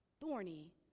thorny